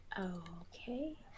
Okay